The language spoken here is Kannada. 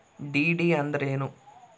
ಡಿ.ಡಿ ಅಂದ್ರೇನು?